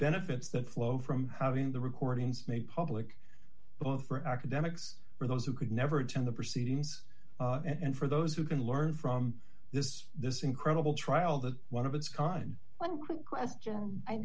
benefits that flow from having the recordings made public both for academics or those who could never attend the proceedings and for those who can learn from this this incredible trial that one of its kind one quick question i